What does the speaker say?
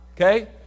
okay